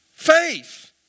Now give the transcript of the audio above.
faith